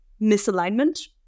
misalignment